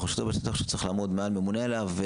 או שיש מישהו שאתה צריך לעמוד מעל ממונה עליו,